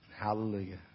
Hallelujah